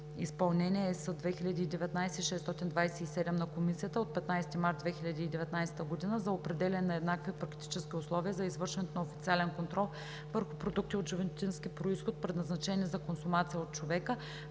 изпълнение (ЕС) 2019/627 на Комисията от 15 март 2019 г. за определяне на еднакви практически условия за извършването на официален контрол върху продукти от животински произход, предназначени за консумация от човека,